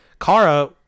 Kara